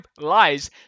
lies